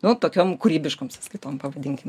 nu tokiom kūrybiškom sąskaitom pavadinkim